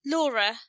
Laura